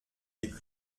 des